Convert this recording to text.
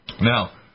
Now